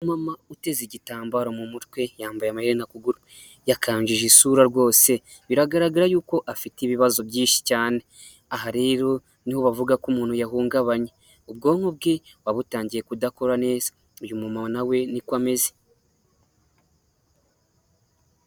Umamama uteze igitambaro mu mutwe yambaye amayena kuguru yakanjije isura rwose, biragaragara yuko afite ibibazo byinshi cyane aha rero niho bavuga ko umuntu yahungabanye, ubwonko bwe wabutangiye kudakora neza, uyu mumama na we niko ameze.